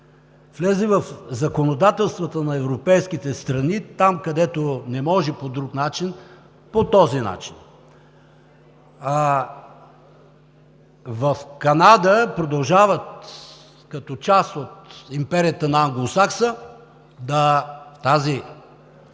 влезе в законодателствата на европейските страни, там, където не може по друг начин, по този начин. В Канада продължават като част от империята на англосакса – тази